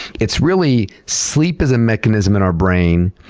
it's really, sleep is a mechanism in our brain,